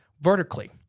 vertically